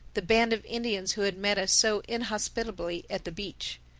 the band of indians who had met us so inhospitably at the beach.